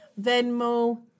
Venmo